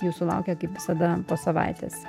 jūsų laukia kaip visada po savaitės